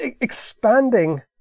expanding